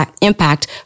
Impact